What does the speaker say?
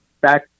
back